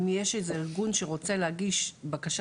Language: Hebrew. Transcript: אם יש איזשהו ארגון שרוצה להגיש בקשה